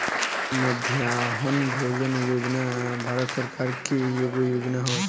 मध्याह्न भोजन योजना भारत सरकार के एगो योजना हवे